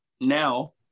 now